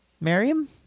Miriam